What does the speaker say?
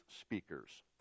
speakers